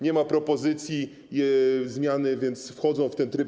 Nie ma propozycji zmiany, więc wchodzą w ten tryb.